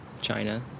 China